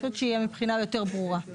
פשוט שיהיה מבחינה יותר ברורה.